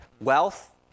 wealth